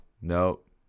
Nope